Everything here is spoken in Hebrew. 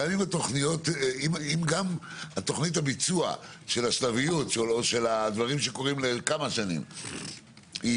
גם אם תכנית הביצוע של השלביות או של הדברים שקורים לכמה שנים היא